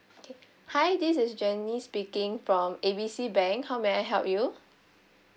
okay hi this is janice speaking from A B C bank how may I help you